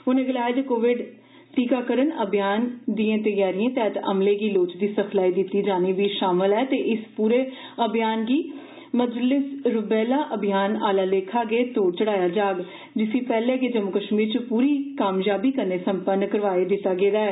उनें गलाया जे कोविड टीकाकरण अभियान दिएं तैयारिएं तैह्त अमले गी लोड़चदी सिखलाई दिता जाना बी शामल ऐ ते इस पूरे अभियान गी मजीलस रूबेला अभियान आह्ना लेखा गै तोढ़ चाढ़ेआ जाग जिसी पैह्ने गै जम्मू कश्मीर च पूरी कामयाबी कन्नै संपन्न करोआई दित्ता गेदा ऐ